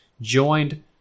joined